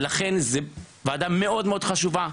ולכן זה ועדה מאוד מאוד חשובה.